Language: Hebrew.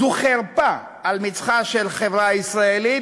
זו חרפה על מצחה של החברה הישראלית,